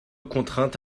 contrainte